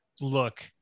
look